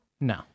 No